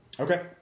Okay